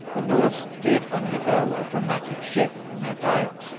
the norse did undergo a dramatic shift in their diet.